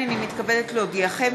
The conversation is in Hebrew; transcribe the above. הנני מתכבדת להודיעכם,